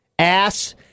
Ass